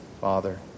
Father